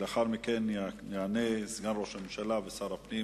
לאחר מכן יענה סגן ראש הממשלה ושר הפנים